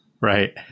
right